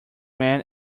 men